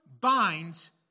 binds